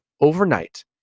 overnight